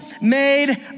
made